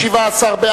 הצעת